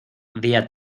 día